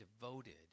devoted